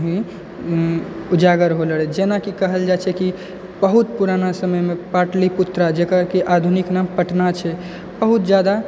उजागर होलो रहै जेनाकि कहल जाइ छै कि बहुत पुराना समयमे पाटलीपुत्रा जेकर कि आधुनिक नाम पटना छै बहुत जादा